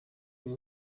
buri